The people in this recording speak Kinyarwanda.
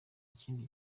kindi